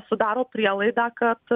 sudaro prielaidą kad